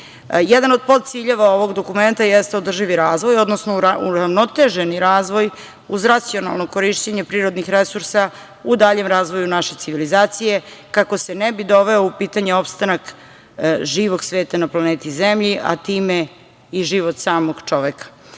od podciljeva ovog dokumenta jeste održivi razvoj, odnosno uravnoteženi razvoj uz racionalno korišćenje prirodnih resursa u daljem razvoju naše civilizacije, kako se ne bi doveo u pitanje opstanak živog sveta na planeti zemlji, a time i život samog čoveka.